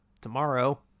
tomorrow